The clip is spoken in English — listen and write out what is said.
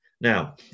Now